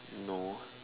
no